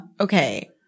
Okay